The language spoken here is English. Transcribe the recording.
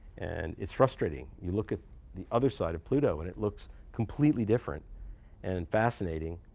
and it's frustrating. you look at the other side of pluto and it looks completely different and fascinating.